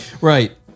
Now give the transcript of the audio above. Right